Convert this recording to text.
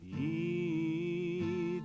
he